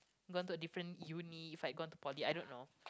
gone to a different uni if I had gone to poly I don't know